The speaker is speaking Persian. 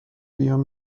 بیوم